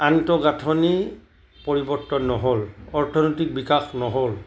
আন্তঃগাঁঠনি পৰিৱৰ্তন নহল অৰ্থনীতিক বিকাশ নহ'ল